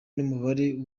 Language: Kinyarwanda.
n’umubare